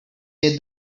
led